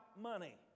money